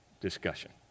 discussion